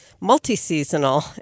multi-seasonal